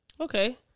Okay